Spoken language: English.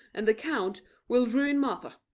and the count will ruin martha.